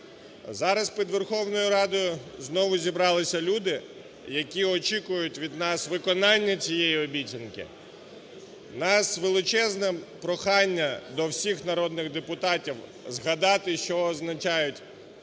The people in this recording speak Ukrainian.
Зараз під Верховною Радою знову зібралися люди, які очікують від нас виконання цієї обіцянки. У нас величезне прохання до всіх народних депутатів згадати, що означають